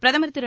பிரதமர் திரு